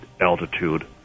altitude